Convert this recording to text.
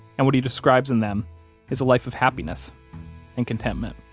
and what he describes in them is a life of happiness and contentment